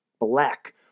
Black